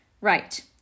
Right